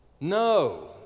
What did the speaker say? No